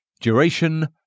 duration